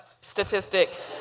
statistic